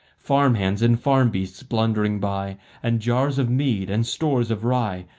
farm-hands and farm-beasts blundering by and jars of mead and stores of rye,